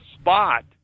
spot